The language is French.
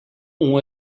ont